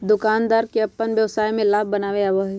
दुकानदार के अपन व्यवसाय में लाभ बनावे आवा हई